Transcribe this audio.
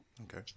Okay